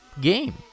game